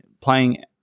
playing